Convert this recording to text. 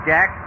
Jack